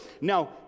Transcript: Now